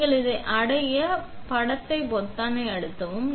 எனவே நீங்கள் இங்கே அடைய படத்தை பொத்தானை அழுத்தவும்